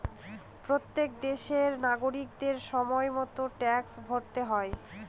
প্রত্যেক দেশের নাগরিকদের সময় মতো ট্যাক্স ভরতে হয়